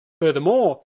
Furthermore